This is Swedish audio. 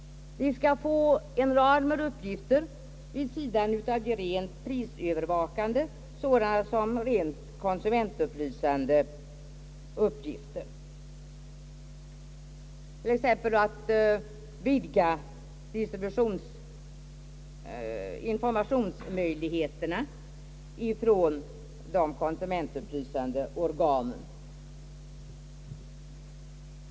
De skall få en rad arbetsuppgifter vid sidan av de rent prisövervakande, nämligen rent konsumentupplysande uppgifter. Till dessa uppgifter hör att vidga informationsmöjligheterna från de konsumentupplysande organen.